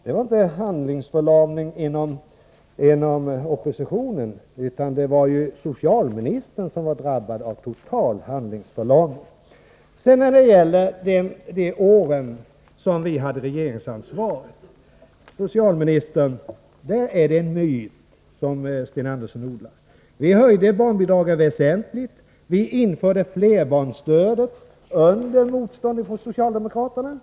Det var inte någon handlingsförlamning inom oppositionen, utan det var socialministern som var drabbad av total handlingsförlamning. När det gäller de år då vi hade regeringsansvaret är det en myt som Sten Andersson odlar. Vi höjde barnbidragen väsentligt, och vi införde flerbarnsstödet — under motstånd från socialdemokraterna.